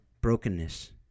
brokenness